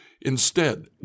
Instead